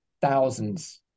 thousands